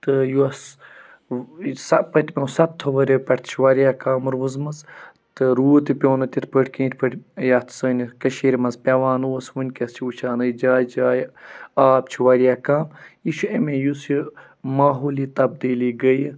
تہٕ یۄس ٲں سۄ پٔتۍ میٛو سَتتھوٚو ؤرۍ یو پٮ۪ٹھ تہِ چھِ واریاہ کَم روٗزمٕژ تہٕ روٗد تہِ پیٛوو نہٕ تِتھ پٲٹھۍ کیٚنٛہہ یتھ پٲٹھۍ یَتھ سٲنہِ کٔشیٖر منٛز پیٚوان اوس وُنٛکیٚس چھِ وُچھان أسۍ جایہِ جایہِ آب چھُ واریاہ کَم یہِ چھُ اَمے یُس یہِ ماحولی تبدیٖلی گٔیہِ